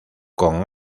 con